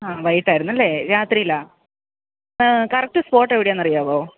ആ വൈകിട്ടായിരുന്നു അല്ലേ രാത്രിയിലാണ് കറക്റ്റ് സ്പോട്ട് എവിടെയാണെന്ന് അറിയാവോ